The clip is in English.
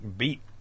beat